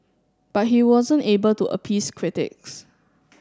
but he wasn't able to appease critics